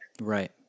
Right